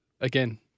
again